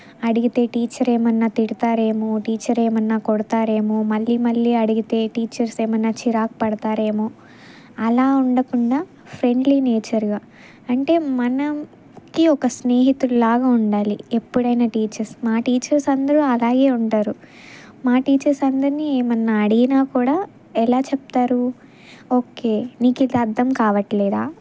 అడిగితే టీచర్ ఏమైనా తిడతారేమో టీచర్ ఏమైనా కొడతారేమో మళ్ళీ మళ్ళీ అడిగితే టీచర్స్ ఏమైనా చిరాకు పడతారేమో అలా ఉండకుండా ఫ్రెండ్లీ నేచర్గా అంటే మనకి ఒక స్నేహితుడులాగా ఉండాలి ఎప్పుడైనా టీచర్స్ మా టీచర్స్ అందరూ అలాగే ఉంటారు మా టీచర్స్ అందరిని ఏమైనా అడిగినా కూడా ఎలా చెప్తారు ఓకే నీకు ఇది అర్థం కావడంలేదా